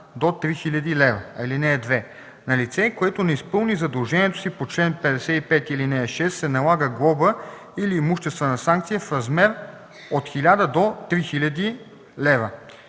до 3000 лв. (2) На лице, което не изпълни задължението си по чл. 55, ал. 6, се налага глоба или имуществена санкция в размер от 1000 до 3000 лв.”